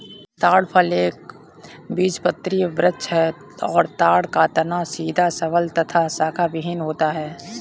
ताड़ फल एक बीजपत्री वृक्ष है और ताड़ का तना सीधा सबल तथा शाखाविहिन होता है